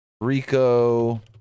Rico